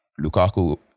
Lukaku